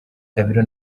gabiro